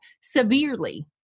severely